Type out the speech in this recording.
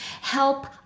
help